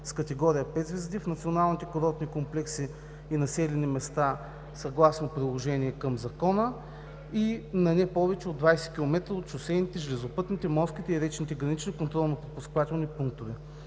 с категория пет звезди, в националните курортни комплекси и населени места съгласно приложение към Закона и на не повече от 20 км от шосейните, железопътните, морските и речните гранични контролно-пропускателни пунктове.